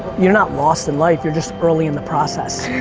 you're not lost in life, you're just early in the process.